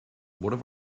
what